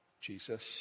Jesus